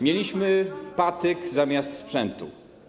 Mieliśmy patyk zamiast sprzętu.